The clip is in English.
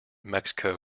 mexico